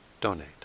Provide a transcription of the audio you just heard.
donate